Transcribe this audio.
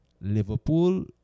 Liverpool